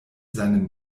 seinem